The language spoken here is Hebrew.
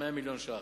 100 מיליון ש"ח,